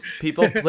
People